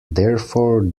therefore